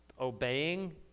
obeying